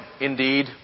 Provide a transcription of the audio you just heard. indeed